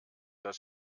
das